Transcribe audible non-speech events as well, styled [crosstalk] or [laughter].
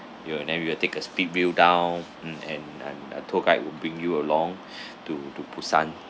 you will then you will take a speedway down mm and and a tour guide will bring you along [breath] to to busan